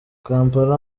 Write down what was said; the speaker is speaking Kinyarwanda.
kampala